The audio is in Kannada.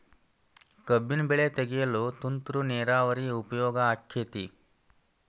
ಕಬ್ಬಿನ ಬೆಳೆ ತೆಗೆಯಲು ತುಂತುರು ನೇರಾವರಿ ಉಪಯೋಗ ಆಕ್ಕೆತ್ತಿ?